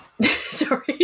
sorry